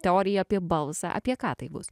teoriją apie balsą apie ką tai bus